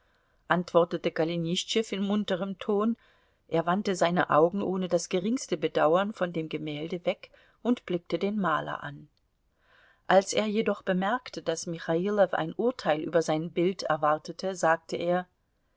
antwortete golenischtschew in munterem ton er wandte seine augen ohne das geringste bedauern von dem gemälde weg und blickte den maler an als er jedoch bemerkte daß michailow ein urteil über sein bild erwartete sagte er